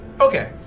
Okay